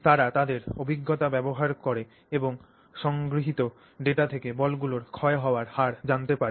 তারা তাদের অভিজ্ঞতা ব্যবহার করে এবং সংগৃহীত ডেটা থেকে বলগুলির ক্ষয় হওয়ার হার জানতে পারে